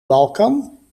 balkan